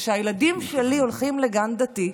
וכשהילדים שלי הולכים לגן דתי,